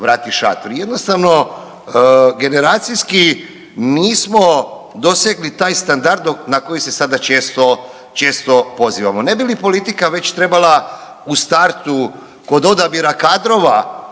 Jednostavno generacijski nismo dosegli taj standard na koji se sada često, često pozivamo. Ne bi li politika već trebala u startu kod odabira kadrova